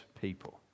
people